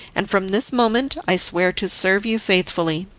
and from this moment i swear to serve you faithfully.